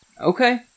Okay